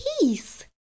peace